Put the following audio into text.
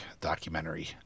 documentary